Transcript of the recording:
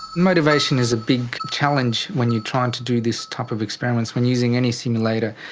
motivation is a big challenge when you're trying to do this type of experiments, when using any simulator.